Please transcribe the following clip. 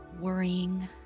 worrying